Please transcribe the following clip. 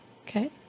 Okay